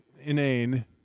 inane